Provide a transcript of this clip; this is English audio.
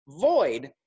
void